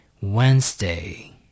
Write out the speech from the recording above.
Wednesday